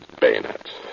bayonet